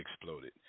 exploded